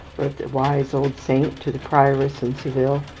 wrote the wise old saint to the prioress in seville,